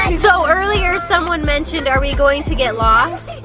um so earlier, someone mentioned are we going to get lost,